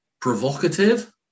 provocative